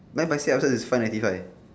buy myself also is five ninety five